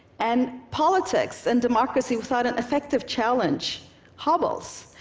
and politics and democracy without an effective challenge hobbles,